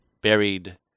Buried